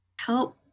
help